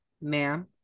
ma'am